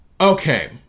Okay